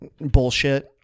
bullshit